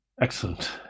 Excellent